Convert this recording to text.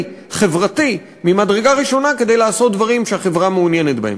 חברתי ממדרגה ראשונה כדי לעשות דברים שהחברה מעוניינת בהם.